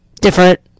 different